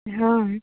हँ